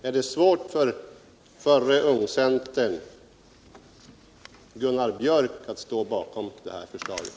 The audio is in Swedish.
Är det svårt för t.ex. representanten för ungcentern Gunnar Björk i Gävle att stå bakom det här förslaget?